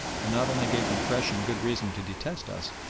and not only gave them fresh and good reason to detest us,